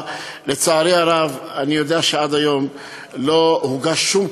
לצערי הרב אני יודע שעד היום לא הוגש שום